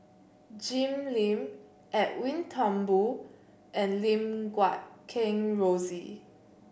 Jim Lim Edwin Thumboo and Lim Guat Kheng Rosie